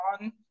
on